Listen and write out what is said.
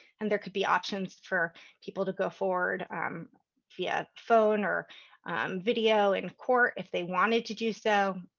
and there could be options for people to go forward via phone or video in court, if they wanted to do so.